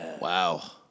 Wow